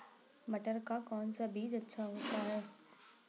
लाल मिट्टी का उपचार कैसे किया जाता है?